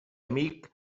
amic